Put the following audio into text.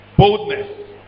Boldness